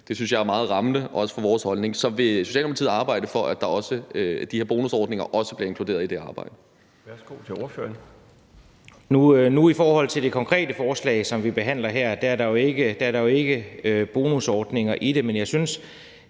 Det synes jeg er meget rammende, også for vores holdning. Så vil Socialdemokratiet arbejde for, at de her bonusordninger også bliver inkluderet i det arbejde?